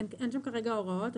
אין שם כרגע הוראות,